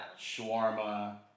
shawarma